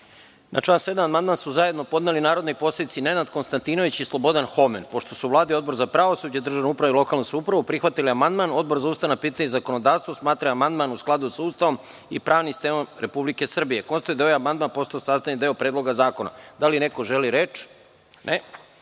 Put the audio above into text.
član 7. amandman su zajedno podneli narodni poslanici Nenad Konstantinović i Slobodan Homen. Pošto su Vlada i Odbor za pravosuđe, državnu upravu i lokalnu samoupravu prihvatili amandman, a Odbor za ustavna pitanja i zakonodavstvo smatra da je amandman u skladu sa Ustavom i pravnim sistemom Republike Srbije, konstatujem da je ovaj amandman postao sastavni deo Predloga zakona. Da li neko želi reč?